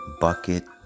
bucket